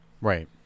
Right